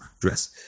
dress